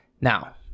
Now